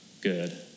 good